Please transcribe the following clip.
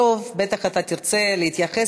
בסוף אתה בטח תרצה להתייחס.